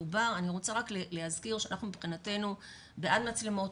אני רוצה להזכיר שאנחנו מבחינתנו בעד מצלמות,